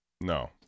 No